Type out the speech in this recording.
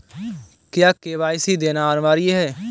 क्या के.वाई.सी देना अनिवार्य है?